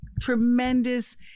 tremendous